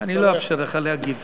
אני לא אאפשר לך להגיב.